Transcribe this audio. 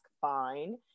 fine